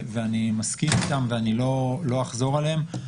ואני מסכים אתם ואני לא אחזור עליהם.